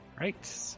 Right